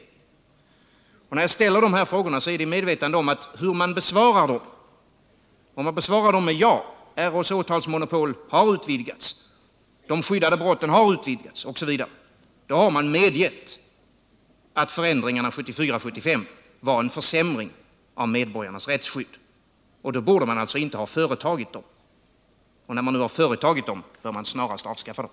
Jag ställer frågorna i medvetande om att mycket beror på hur de besvaras. Om de besvaras med ja, dvs. att RÅ:s åtalsmonopol har utvidgats, att de skyddade brotten har ökat osv., då har man medgett att förändringarna 1974 och 1975 ledde till en försämring av medborgarnas rättsskydd, och då borde man inte ha företagit dem. Och när man nu alltså har företagit dem bör man snarast avskaffa dem.